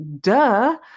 duh